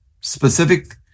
specific